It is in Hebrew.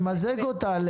נמזג אותה.